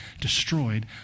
destroyed